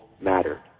matter